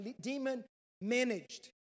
demon-managed